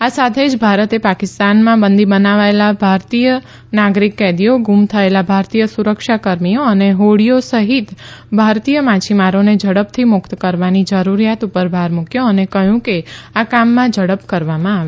આ સાથે જ ભારતે પાકિસ્તાનમાં બંદી બનાવાયેલા ભારતીય નાગરીક કેદીઓ ગુમ થયેલા ભારતીય સુરક્ષા કર્મીઓ અને હોડીઓ સહિત ભારતીય માછીમારોને ઝડપથી મુકત કરવાની જરૂરીયાત પર ભાર મુકથો અને કહયું કે આ કામમાં ઝડપ કરવામાં આવે